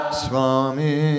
swami